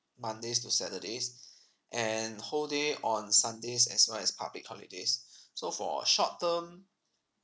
mondays to saturdays and whole day on sundays as well as public holidays so for short term